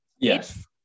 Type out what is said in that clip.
yes